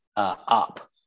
up